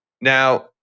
Now